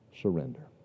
surrender